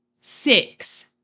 six